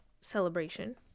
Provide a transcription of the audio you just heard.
celebration